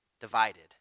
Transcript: divided